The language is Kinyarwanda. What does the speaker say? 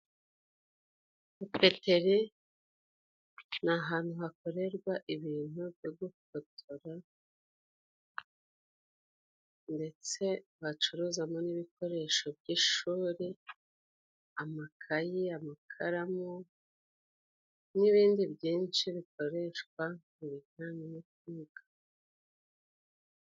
Papeteri ni ahantu hakorerwa ibintu byo gufotora ndetse bacuruzamo n'ibikoresho by'ishuri, amakayi, amakaramu n'ibindi byinshi bikoreshwa mu bijyanye no kwiga.